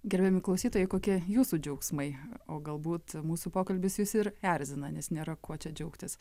gerbiami klausytojai kokie jūsų džiaugsmai o galbūt mūsų pokalbis jus ir erzina nes nėra kuo džiaugtis